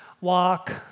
walk